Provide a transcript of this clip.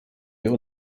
wir